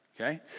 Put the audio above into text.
Okay